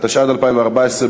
התשע"ד 2014,